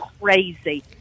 crazy